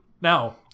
now